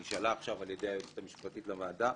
היא נשאלה עכשיו על ידי היועצת המשפטית של הוועדה,